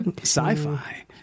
sci-fi